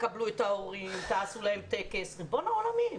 תקבלו את ההורים, תעשו להם טקס, ריבון העולמים,